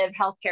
healthcare